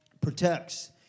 protects